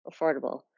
Affordable